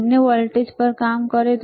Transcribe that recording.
બંને વોલ્ટેજ પર કામ કરો